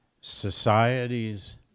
societies